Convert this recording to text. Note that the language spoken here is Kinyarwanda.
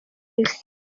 isi